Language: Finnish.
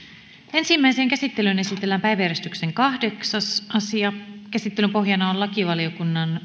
ensimmäiseen käsittelyyn esitellään päiväjärjestyksen kahdeksas asia käsittelyn pohjana on lakivaliokunnan